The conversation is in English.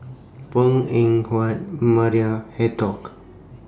Png Eng Huat Maria